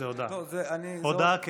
הודעה כן.